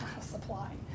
Supply